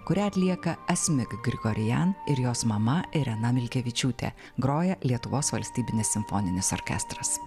kurią atlieka asmik grigorian ir jos mama irena milkevičiūtė groja lietuvos valstybinis simfoninis orkestras